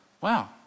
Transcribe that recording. Wow